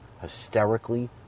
hysterically